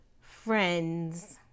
friends